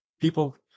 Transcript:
People